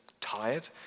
tired